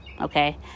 okay